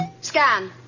Scan